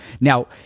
Now